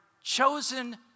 chosen